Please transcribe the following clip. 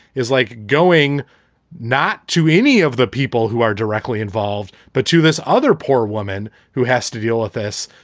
is like going not to any of the people who are directly involved, but to this other poor woman who has to deal with this.